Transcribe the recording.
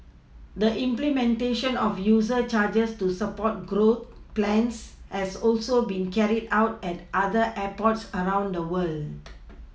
the implementation of user charges to support growth plans has also been carried out at other airports around the world